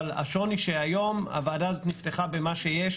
אבל השינוי היום הוא בזה שהוועדה פתחה במה שיש.